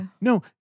No